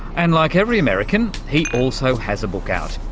and like every american, he also has a book out,